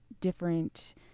different